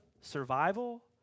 survival